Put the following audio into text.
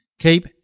keep